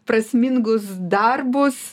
prasmingus darbus